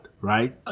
right